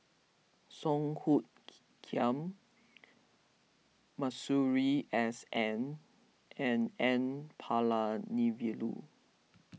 Song Hoot Kiam Masuri S N and N Palanivelu